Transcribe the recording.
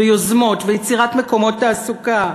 ויוזמות ויצירת מקומות תעסוקה,